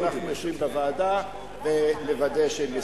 אנחנו נשיב בוועדה ונוודא שהם יסודרו.